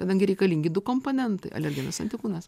kadangi reikalingi du komponentai alergenas antikūnas